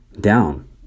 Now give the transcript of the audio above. down